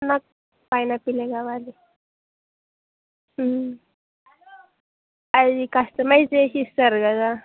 నాకు పైనాపిలే కావాలి అది కస్టమైజ్ చేసి ఇస్తారు కదా